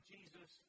Jesus